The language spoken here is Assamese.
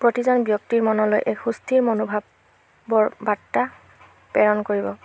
প্ৰতিজন ব্যক্তিৰ মনলৈ এক সুস্থিৰ মনোভাৱৰ বাৰ্তা প্ৰেৰণ কৰিব